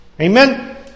Amen